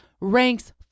ranks